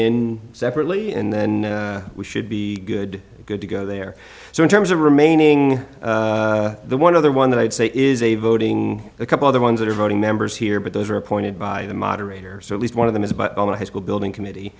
in separately and then we should be good good to go there so in terms of remaining the one other one that i'd say is a voting a couple of the ones that are voting members here but those are appointed by the moderator so at least one of them is about on a high school building committee